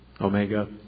Omega